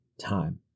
time